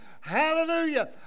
Hallelujah